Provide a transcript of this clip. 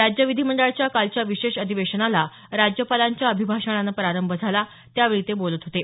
राज्य विधीमंडळाच्या कालच्या विशेष अधिवेशनाला राज्यपालांच्या अभिभाषणानं प्रारंभ झाला त्यावेळी ते बोलत होते